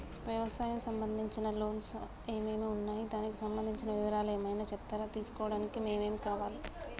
వ్యవసాయం సంబంధించిన లోన్స్ ఏమేమి ఉన్నాయి దానికి సంబంధించిన వివరాలు ఏమైనా చెప్తారా తీసుకోవడానికి ఏమేం కావాలి?